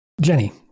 Jenny